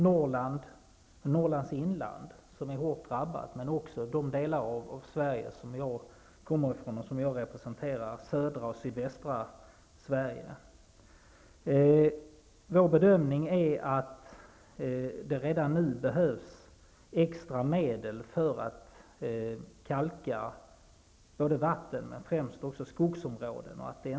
Norrlands inland är hårt drabbat, men också den del av Sverige som jag kommer från och representerar, nämligen södra och sydvästra Sverige. Vår bedömning är att det redan nu behövs extra medel för att kalka främst skogsområden men också vatten.